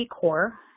Core